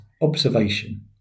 observation